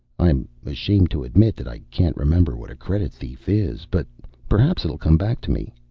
i'm ashamed to admit that i can't remember what a credit thief is. but perhaps it'll come back to me.